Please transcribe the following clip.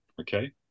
Okay